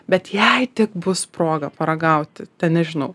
bet jei tik bus proga paragauti ten nežinau